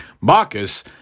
Marcus